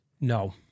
No